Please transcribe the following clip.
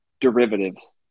derivatives